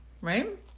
right